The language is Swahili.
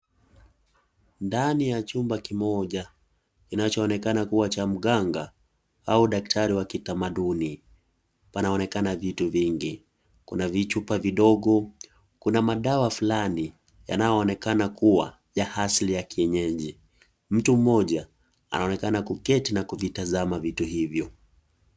Ndani ya chumba kimoja, kinachoonekana kuwa cha mganga, au daktari wa kitamaduni. Panaonekana vitu vingi. Kuna vichupa vidogo, kuna madawa fulani yanayoonekana kuwa ya asili ya kienyenji. Mtu mmoja, anaonekana kuketi na kuvitazama vitu hivyo.